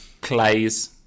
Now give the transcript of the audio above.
Clays